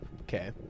Okay